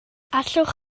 allwch